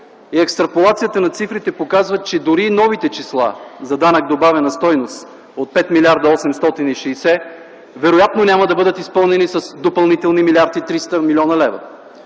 екстраполацията на цифрите показва, че дори и новите числа за данък добавена стойност от 5 млрд. 860 млн. лв. вероятно няма да бъдат изпълнени с допълнителни 1 млрд. 300 млн. лв.